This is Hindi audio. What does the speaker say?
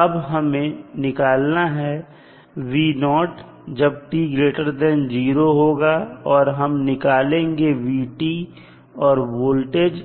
अब हमें निकालना है v जब t0 होगा और हम निकालेंगे v और वोल्टेज